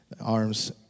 arms